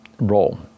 role